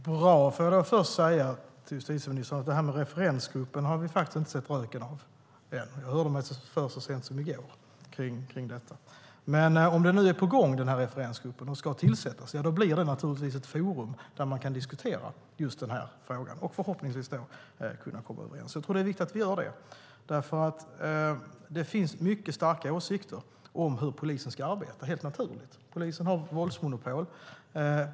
Fru talman! Låt mig börja med att säga att vi ännu inte sett röken av referensgruppen. Jag hörde mig för om det så sent som i går. Om referensgruppen är på gång att tillsättas blir det ett forum där man kan diskutera just den här frågan och förhoppningsvis kunna komma överens. Det är viktigt att vi gör det, för det finns mycket starka åsikter om hur polisen ska arbeta. Det är helt naturligt. Polisen har våldsmonopol.